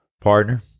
Partner